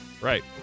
Right